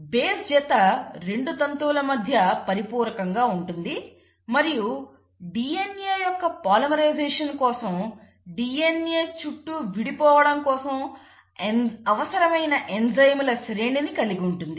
base జత 2 తంతువుల మధ్య పరిపూరకంగా ఉంటుంది మరియు DNA యొక్క పాలిమరైజేషన్ కోసం DNA చుట్టు విడిపోవడం కోసం అవసరమైన ఎంజైమ్ల శ్రేణిని కలిగి ఉంటుంది